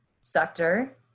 sector